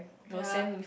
ya